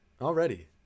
already